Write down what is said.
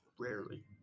Rarely